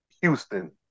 Houston